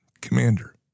commander